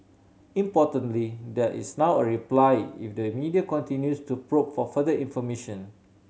importantly there is now a reply if the media continues to probe for further information